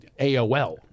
aol